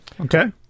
okay